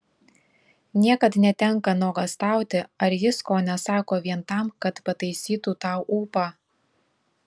niekad netenka nuogąstauti ar jis ko nesako vien tam kad pataisytų tau ūpą